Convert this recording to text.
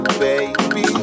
baby